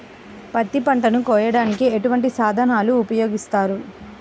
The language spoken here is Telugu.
పత్తి పంటను కోయటానికి ఎటువంటి సాధనలు ఉపయోగిస్తారు?